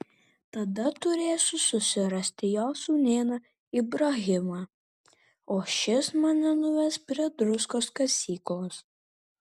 tada turėsiu susirasti jo sūnėną ibrahimą o šis mane nuveš prie druskos kasyklos